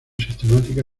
sistemática